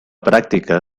pràctica